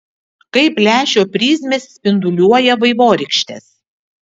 kaip lęšio prizmės spinduliuoja vaivorykštes